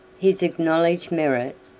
his acknowledge merit,